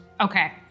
Okay